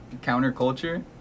counterculture